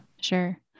sure